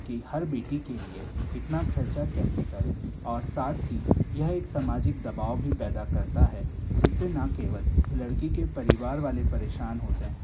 की हर बेटी के लिए इतना खर्चा कैसे करें और साथ ही यह एक समाजिक दबाव भी पैदा करता है जिससे ना केवल लड़की के परिवार वाले परेशान होते हैं